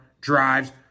Drives